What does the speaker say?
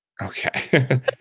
Okay